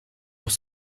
pour